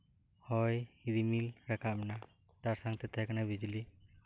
ᱦᱚᱭ ᱨᱤᱢᱤᱞ ᱨᱟᱠᱟᱵ ᱮᱱᱟ ᱛᱟᱨ ᱥᱟᱝᱛᱮ ᱛᱟᱦᱮᱸᱠᱟᱱᱟ ᱵᱤᱡᱽᱞᱤ